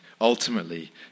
ultimately